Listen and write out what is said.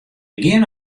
geane